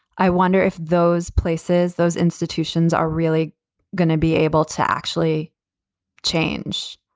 i wonder if those places, those institutions are really going to be able to actually change,